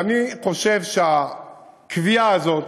ואני חושב שהקביעה הזאת,